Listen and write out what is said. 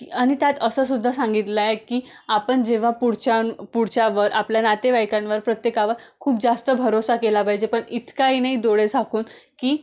आणि त्यात असं सुद्धा सांगितलंय की आपण जेव्हा पुढच्या पुढच्यावर आपल्या नातेवाईकांवर प्रत्येकावर खूप जास्त भरोसा केला पाहिजे पण इतकाही नाही डोळे झाकून कि